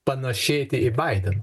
panašėti į baiden